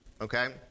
okay